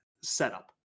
setup